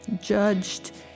judged